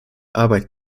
arbeit